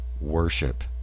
worship